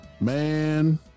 Man